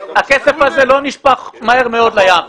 הכסף הזה לא נשפך מהר מאוד לים.